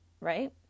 right